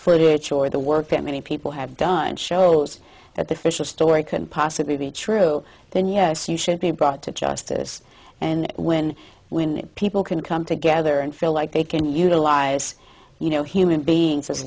choice the work that many people have done shows that the fish story couldn't possibly be true then yes you should be brought to justice and when when people can come together and feel like they can utilize you know human beings as